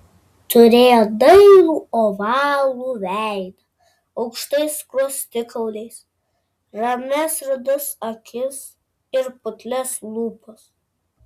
turėjo dailų ovalų veidą aukštais skruostikauliais ramias rudas akis ir putlias lūpas